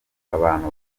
abantu